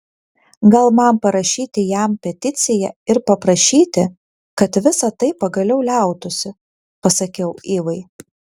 gal man parašyti jam peticiją ir paprašyti kad visa tai pagaliau liautųsi pasakiau ivai